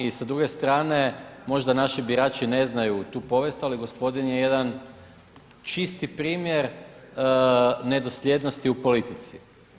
I sa druge strane možda naši birači ne znaju tu povijest, ali gospodin je jedan čisti primjer nedosljednosti u politici.